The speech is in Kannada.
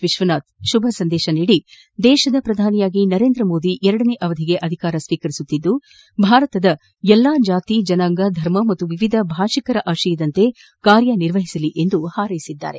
ವಿಶ್ವನಾಥ್ ಶುಭ ಸಂದೇಶ ನೀಡಿ ದೇಶದ ಪ್ರಧಾನಿಯಾಗಿ ನರೇಂದ್ರ ಮೋದಿ ಎರಡನೇ ಅವಧಿಗೆ ಅಧಿಕಾರ ಸ್ವೀಕರಿಸುತ್ತಿದ್ದು ಭಾರತದ ಎಲ್ಲಾ ಜಾತಿ ಜನಾಂಗ ಧರ್ಮ ಮತ್ತು ವಿವಿಧ ಭಾಷಿಕರ ಆಶಯದಂತೆ ಕಾರ್ಯನಿರ್ವಹಿಸಲಿ ಎಂದು ಹಾರೈಸಿದ್ದಾರೆ